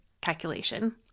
calculation